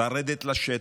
לרדת לשטח,